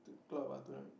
club ah tonight